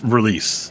Release